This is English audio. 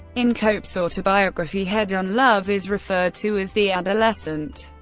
in cope's autobiography head-on, love is referred to as the adolescent.